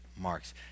marks